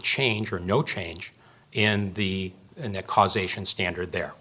change or no change in the in the causation standard there